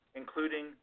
including